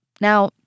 Now